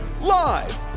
Live